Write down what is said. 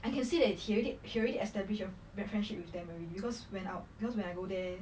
I can see that he already he already establish a great friendship with them already because when I when I go there